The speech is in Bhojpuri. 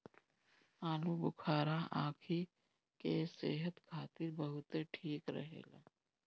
आलूबुखारा आंखी के सेहत खातिर बहुते ठीक रहेला